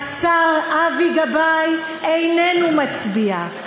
השר אבי גבאי איננו מצביע,